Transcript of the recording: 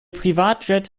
privatjet